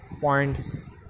points